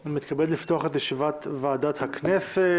אני מתכבד לפתוח את ישיבת ועדת הכנסת.